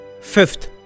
fifth